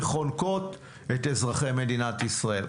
שחונקות את אזרחי מדינת ישראל.